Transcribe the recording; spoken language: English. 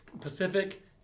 Pacific